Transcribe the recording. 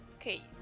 Okay